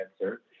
answer